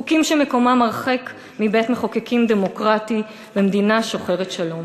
חוקים שמקומם הרחק מבית-מחוקקים דמוקרטי במדינה שוחרת שלום.